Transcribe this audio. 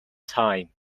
time